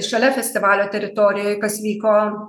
šalia festivalio teritorijoj kas vyko